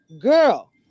girl